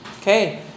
Okay